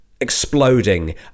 exploding